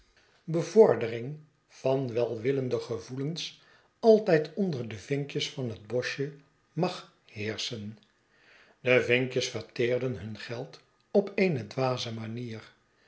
bevordering van welwillende gevoelens altijd onder de yinkjes van het boschje mag heerschen de vinkjes verteerden hun geld op eene dwaze manier